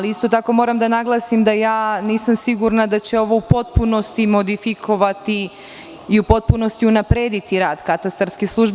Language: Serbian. Isto tako, moram da naglasim da nisam sigurna da će ovo u potpunosti modifikovati i u potpunosti unaprediti rad katastarske službe.